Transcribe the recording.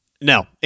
No